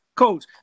Coach